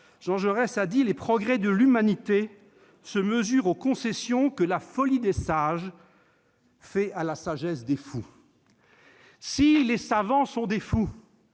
Jean Jaurès :« Les progrès de l'humanité se mesurent aux concessions que la folie des sages fait à la sagesse des fous. » Si les savants sont des fous,